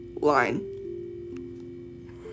line